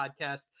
podcast